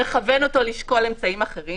מכוון אותו לשקול אמצעים אחרים.